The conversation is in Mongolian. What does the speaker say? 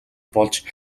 болж